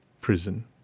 prison